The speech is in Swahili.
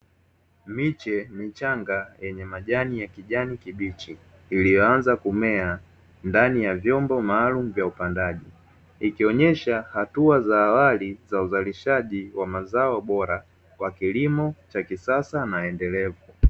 Miche michanga yenye majani ya kijani kibichi iliyoanza kumea ndani ya vyombo maalum vya upandaji, ikionyesha hatua za awali za uzalishaji wa mazao bora kwa kilimo cha kisasa na endelevu.